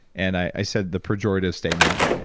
and i said the pejorative statement,